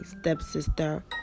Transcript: stepsister